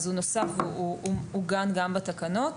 נוסף ועוגן גם בתקנות.